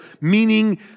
meaning